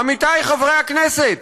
עמיתיי חברי הכנסת,